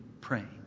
praying